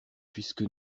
puisque